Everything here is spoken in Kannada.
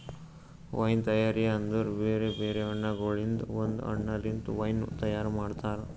ವೈನ್ ತೈಯಾರಿ ಅಂದುರ್ ಬೇರೆ ಬೇರೆ ಹಣ್ಣಗೊಳ್ದಾಂದು ಒಂದ್ ಹಣ್ಣ ಲಿಂತ್ ವೈನ್ ತೈಯಾರ್ ಮಾಡ್ತಾರ್